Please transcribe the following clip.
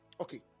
Okay